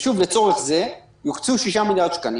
שוב, לצורך זה הוקצו 6 מיליארד שקלים